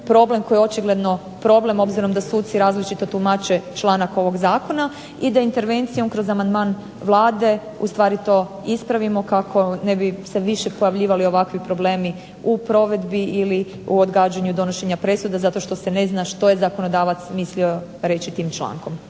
problem koji je očigledno problem obzirom da suci različito tumače članak ovog zakona i da intervencijom kroz amandman Vlade ustvari to ispravimo kako ne bi se više pojavljivali ovakvi problemi u provedbi ili u odgađanju donošenja presuda zato što se ne zna što je zakonodavac mislio reći tim člankom.